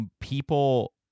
people